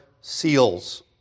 seals